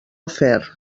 afer